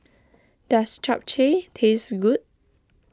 does Japchae taste good